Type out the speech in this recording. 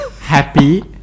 Happy